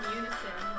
unison